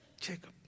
Jacob